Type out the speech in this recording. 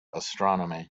astronomy